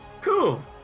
cool